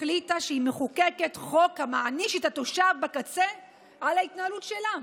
החליטה שהיא מחוקקת חוק שמעניש את התושב בקצה על ההתנהלות שלה.